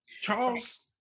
Charles-